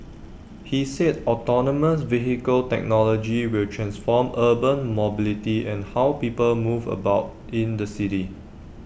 he said autonomous vehicle technology will transform urban mobility and how people move about in the city